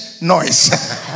noise